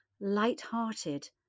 light-hearted